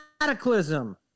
cataclysm